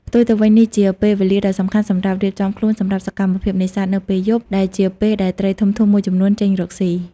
ផ្ទុយទៅវិញ នេះជាពេលវេលាដ៏សំខាន់សម្រាប់រៀបចំខ្លួនសម្រាប់សកម្មភាពនេសាទនៅពេលយប់ ដែលជាពេលដែលត្រីធំៗមួយចំនួនចេញរកស៊ី។